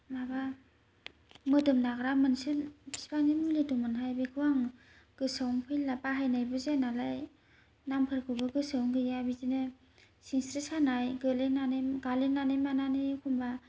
माबा मोदोम नाग्रा मोनसे बिफांनि मुलि दंमोनहाय बेखौ आं गोसोआवनो फैला बाहायनायबो जाया नालाय नामफोरखौबो गोसोआव गैया बिदिनो सिंस्रि सानाय गोलैनानै गालिननानै मानानै एखम्बा